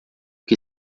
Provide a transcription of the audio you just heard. que